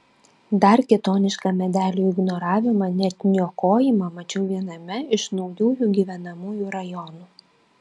dar kitonišką medelių ignoravimą net niokojimą mačiau viename iš naujųjų gyvenamųjų rajonų